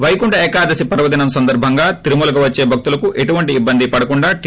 పైకుంఠ ఏకాదశి పర్వదినం సందర్భంగా తిరుమలకు వచ్చే భక్తులు ఎటువంటి ఇబ్బంది పడకుండా ్టీ